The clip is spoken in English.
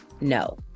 No